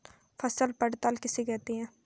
फसल पड़ताल किसे कहते हैं?